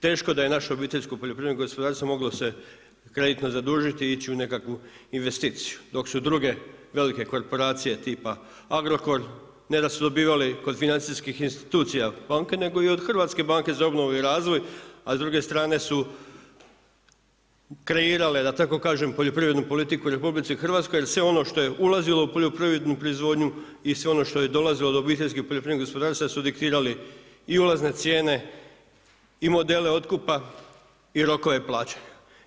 Teško da je naše obiteljsko poljoprivredno gospodarstvo moglo se kreditno zadužiti i ići u nekakvu investiciju dok su druge velike korporacije tipa Agrokor, ne da su dobivali kod financijskih institucija banke, nego i od Hrvatske banke za obnovu i razvoj, a s druge strane su kreirale da tako kažem poljoprivrednu politiku u Republici Hrvatskoj, jer sve ono što je ulazilo u poljoprivrednu proizvodnju i sve ono što je dolazilo do obiteljskih poljoprivrednih gospodarstava su diktirali i ulazne cijene, i modele otkupa i rokove plaćanja.